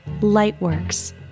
Lightworks